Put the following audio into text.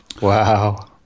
Wow